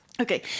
Okay